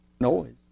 noise